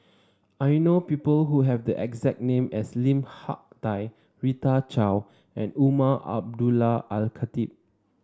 I know people who have the exact name as Lim Hak Tai Rita Chao and Umar Abdullah Al Khatib